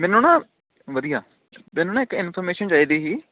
ਮੈਨੂੰ ਨਾ ਵਧੀਆ ਮੈਨੂੰ ਨਾ ਇੱਕ ਇਨਫੋਰਮੇਸ਼ਨ ਚਾਹੀਦੀ ਸੀ